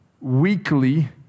weekly